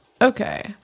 Okay